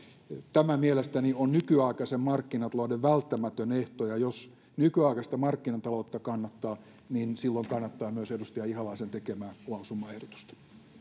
tämä mielestäni on nykyaikaisen markkinatalouden välttämätön ehto ja jos nykyaikaista markkinataloutta kannattaa niin silloin kannattaa myös edustaja ihalaisen tekemää lausumaehdotusta